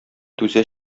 түзә